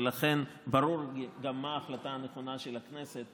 ולכן ברור גם מה ההחלטה הנכונה של הכנסת,